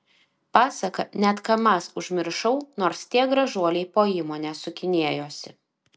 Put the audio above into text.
pasaka net kamaz užmiršau nors tie gražuoliai po įmonę sukinėjosi